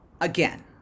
Again